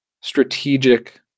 strategic